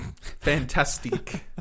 fantastic